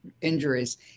injuries